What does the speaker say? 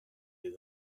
des